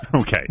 Okay